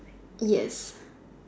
yes